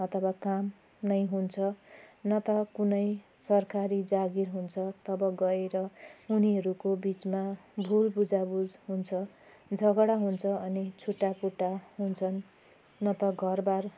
अथवा काम नै हुन्छ न त कुनै सरकारी जागिर हुन्छ तब गएर उनीहरूको बिचमा भुल बुझाबुझ हुन्छ झगडा हुन्छ अनि छुटाफुटा हुन्छन् न त घरबार